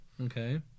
Okay